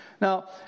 Now